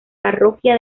parroquia